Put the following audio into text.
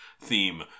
theme